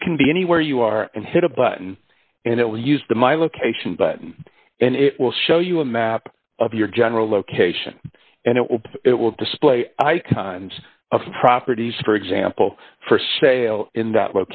you can be anywhere you are and hit a button and it will use the my location button and it will show you a map of your general location and it will it will display icons of properties for example for sale in that